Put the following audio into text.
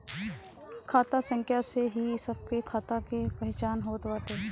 खाता संख्या से ही सबके खाता के पहचान होत बाटे